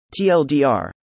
TLDR